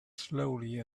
slowly